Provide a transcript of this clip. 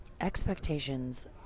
expectations